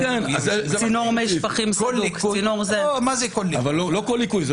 צינור מי שפכים --- אבל זה לא כל ליקוי.